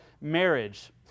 marriage